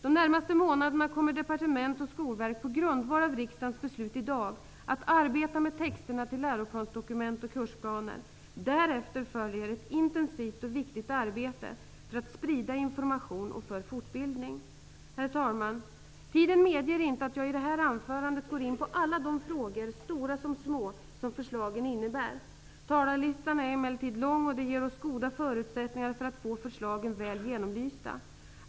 De närmaste månaderna kommer departementet och Skolverket på grundval av det beslut riksdagen fattar i dag att arbeta med texterna till läroplansdokument och kursplaner. Därefter följer ett intensivt och viktigt arbete för att sprida information och för fortbildning. Herr talman! Tiden medger inte att jag i detta anförande går in på alla de frågor, stora som små, som förslagen innebär. Talarlistan är emellertid lång, och det ger oss goda förutsättningar för att få förslagen väl genomlysta.